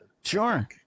Sure